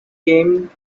came